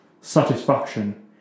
satisfaction